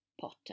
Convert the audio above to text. Potter